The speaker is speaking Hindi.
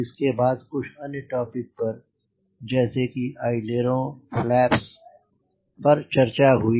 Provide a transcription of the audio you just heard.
उसके बाद कुछ अन्य टॉपिक पर जैसे कि अइलेरों फ्लैप्स चर्चा हुई